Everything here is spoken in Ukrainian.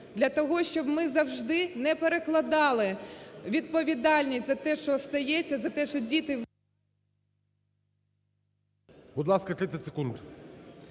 для того, щоб ми завжди не перекладали відповідальність за те, що останеться, за те, що діти...